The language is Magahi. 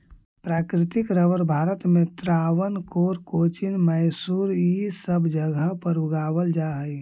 प्राकृतिक रबर भारत में त्रावणकोर, कोचीन, मैसूर इ सब जगह पर उगावल जा हई